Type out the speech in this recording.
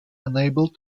unable